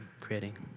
creating